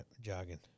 jogging